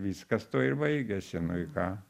viskas tuo ir baigėsi nu ir ką